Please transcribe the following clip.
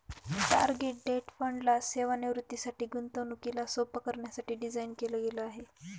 target date fund ला सेवानिवृत्तीसाठी, गुंतवणुकीला सोप्प करण्यासाठी डिझाईन केल गेल आहे